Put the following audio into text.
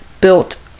built